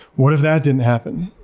what if that didn't happen?